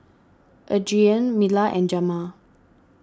Adriene Mila and Jamar